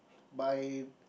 by